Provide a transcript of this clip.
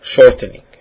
shortening